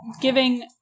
giving